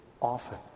often